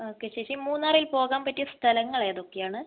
okay ചേച്ചി മൂന്നാറിൽ പോകാൻ പറ്റിയ സ്ഥലങ്ങൾ ഏതൊക്കെയാണ്